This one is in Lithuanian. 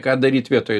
ką daryt vietoj